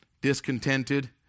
discontented